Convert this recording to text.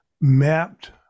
mapped